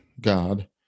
God